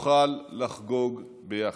נוכל לחגוג ביחד.